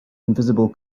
invisible